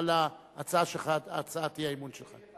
על הצעת האי-אמון שלך.